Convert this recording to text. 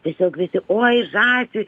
tiesiog visi oi žąsį